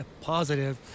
positive